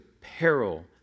peril